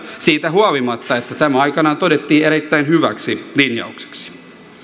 siitä huolimatta että tämä aikanaan todettiin erittäin hyväksi linjaukseksi